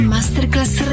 Masterclass